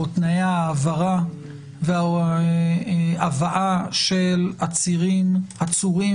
או תנאי ההעברה וההבאה של עצורים